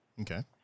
Okay